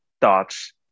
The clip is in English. thoughts